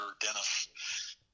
Dennis